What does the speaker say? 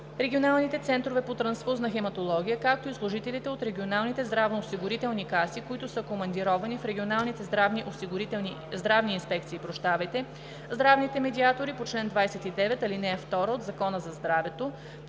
регионалните центрове по трансфузионна хематология, както и служителите от регионалните здравноосигурителни каси, които са командировани в регионалните здравни инспекции, здравните медиатори по чл. 29, ал. 2 от Закона за здравето,